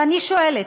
ואני שואלת: